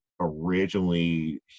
originally